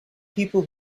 people